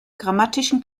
grammatischen